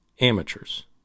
amateurs